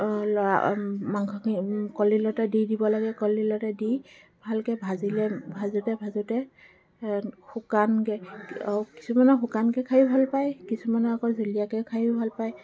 লৰা মাংসখিনি কলদিলতে দি দিব লাগে কলদিলতে দি ভালকৈ ভাজি লৈ ভাজোতে ভাজোতে শুকানকৈ কিছুমানে শুকানকৈ খায়ো ভাল পায় কিছুমানে আকৌ জুলীয়াকৈ খায়ো ভাল পায়